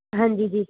ਹਾਂਜੀ ਜੀ